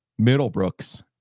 Middlebrooks